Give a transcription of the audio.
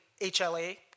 HLA